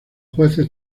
jueces